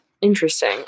interesting